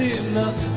enough